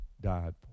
died